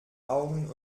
augen